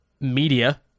media